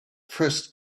first